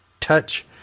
touch